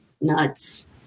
nuts